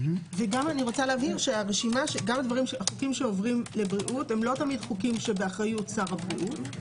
וגם החוקים שעוברים לבריאות לא תמיד חוקים שבאחריות שר הבריאות.